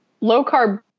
low-carb